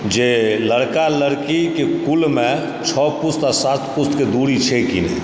जे लड़का लड़कीके कुलमे छओ पुस्त आ साथ पुस्तके दुरी छै की नहि